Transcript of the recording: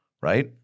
Right